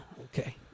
Okay